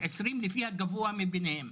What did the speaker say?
לפי הגבוה מביניהם.